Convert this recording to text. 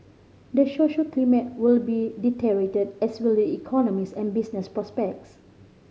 the social climate will be deteriorate as will the economies and business prospects